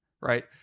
right